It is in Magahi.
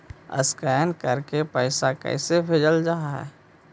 स्कैन करके पैसा कैसे भेजल जा हइ?